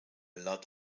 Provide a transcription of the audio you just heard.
lot